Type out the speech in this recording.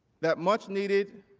that much needed